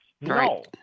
No